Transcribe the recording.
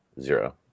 Zero